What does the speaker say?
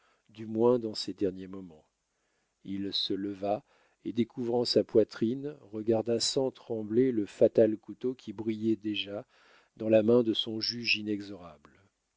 du moins dans ses derniers moments il se leva et découvrant sa poitrine regarda sans trembler le fatal couteau qui brillait déjà dans la main de son juge inexorable